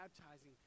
baptizing